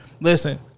Listen